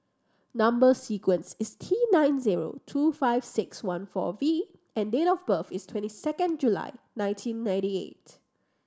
number sequence is T nine zero two five six one four V and date of birth is twenty second July nineteen ninety eight